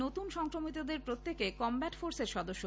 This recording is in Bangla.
নতুন সংক্রমিতদের প্রত্যেকে কমব্যাট ফোর্স এর সদস্য